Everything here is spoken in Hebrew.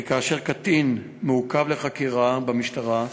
כי כאשר קטין מעוכב לחקירה במשטרה,